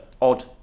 Odd